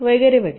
वगैरे वगैरे